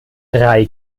drei